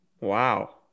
Wow